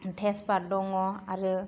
थेजपात दङ आरो